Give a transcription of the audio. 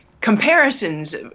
comparisons